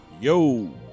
yo